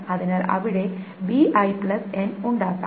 അതിനാൽ അവിടെ bi n ഉണ്ടാകാം